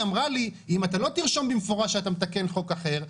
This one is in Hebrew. היא אמרה לי: אם אתה לא תרשום במפורש שאתה מתקן חוק אחר,